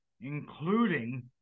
including